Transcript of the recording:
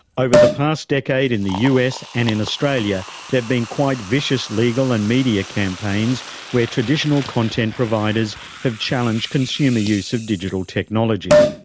over the past decade in the us and in australia there have been quite vicious legal and media campaigns where traditional content providers have challenged consumer use of digital technology.